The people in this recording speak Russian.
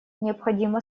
необходимо